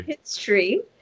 history